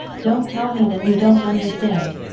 don't tell me that you don't understand,